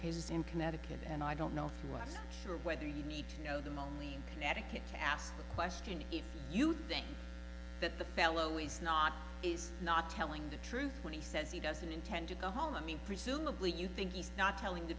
cases in connecticut and i don't know from last year whether you need to know them only connecticut to ask the question if you think that the fellow is not is not telling the truth when he says he doesn't intend to go home i mean presumably you think he's not telling the